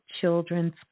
children's